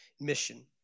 mission